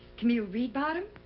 camille reedbottom.